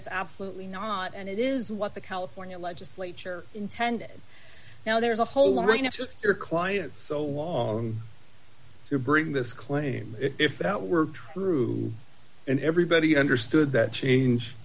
it's absolutely not and it is what the california legislature intended now there's a whole lot right next to your client so long to bring this claim if that were true and everybody understood that change